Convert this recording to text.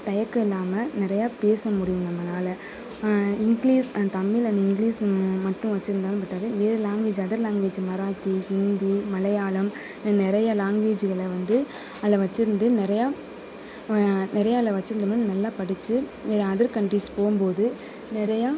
தயக்கம் இல்லாமல் நிறையா பேச முடியும் நம்மளால் English and Tamil and English ம மட்டும் வச்சுருந்தாலும் பற்றாது வேறு language other language Marathi Hindi Malayalam நிறைய லாங்குவேஜுகளை வந்து அதில் வச்சுருந்து நிறையா நிறையா அதில் வச்சுருந்தோம்னா நல்லா படித்து வேறு அதர் கண்ட்ரீஸ் போகும்போது நிறையா